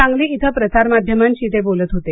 सांगली क्विं प्रसार माध्यमांशी ते बोलत होते